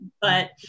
But-